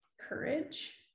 courage